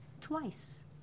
twice